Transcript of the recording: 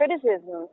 criticism